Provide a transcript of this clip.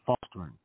fostering